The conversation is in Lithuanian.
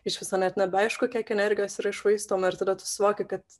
iš viso net nebeaišku kiek energijos yra iššvaistoma ir tada tu suvoki kad